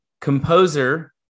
composer